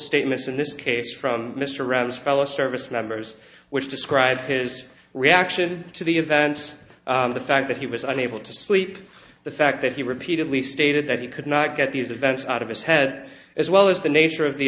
statements in this case from mr rand's fellow service members which describe his reaction to the event the fact that he was unable to sleep the fact that he repeatedly stated that he could not get these events out of his head as well as the nature of the